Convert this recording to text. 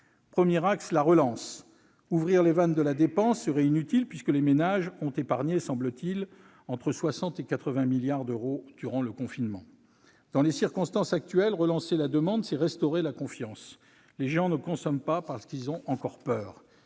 premier axe est la relance. Ouvrir les vannes de la dépense serait inutile, puisque les ménages ont épargné, semble-t-il, entre 60 et 80 milliards d'euros durant le confinement. Dans les circonstances actuelles, relancer la demande, c'est restaurer la confiance : les gens ne consomment pas parce qu'ils ont encore peur